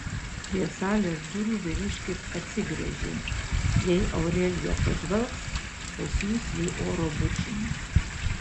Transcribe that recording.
prie salės durų vyriškis atsigręžė jei aurelija pažvelgs pasiųs jai oro bučinį